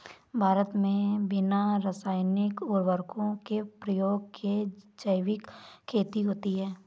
भारत मे बिना रासायनिक उर्वरको के प्रयोग के जैविक खेती होती है